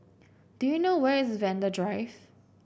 do you know where is Vanda Drive